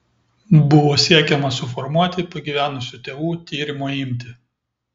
buvo siekiama suformuoti pagyvenusių tėvų tyrimo imtį